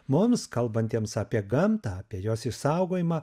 mums kalbantiems apie gamtą apie jos išsaugojimą